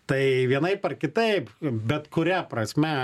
tai vienaip ar kitaip bet kuria prasme